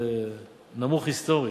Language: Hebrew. זה נמוך היסטורית.